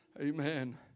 Amen